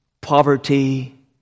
poverty